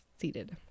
seated